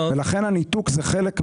לכן, הניתוק הוא חלק מהשרידות.